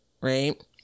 right